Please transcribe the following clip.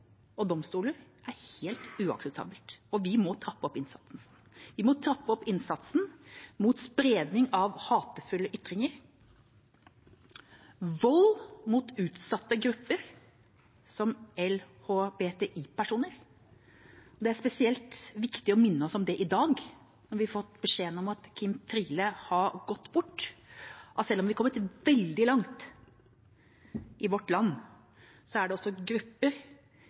og domstoler er helt uakseptabelt. Vi må trappe opp innsatsen mot spredningen av hatefulle ytringer og vold mot utsatte grupper, som LHBTI-personer. Det er det spesielt viktig å minne seg om i dag, da vi fikk beskjeden om at Kim Friele har gått bort, at selv om vi har kommet veldig langt i landet vårt, er det grupper som utsettes for vold og hat. Og for å hedre hennes minne er det